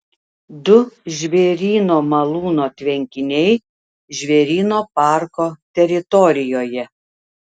du žvėryno malūno tvenkiniai žvėryno parko teritorijoje